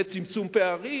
זה צמצום פערים.